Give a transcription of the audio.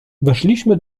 weszliśmy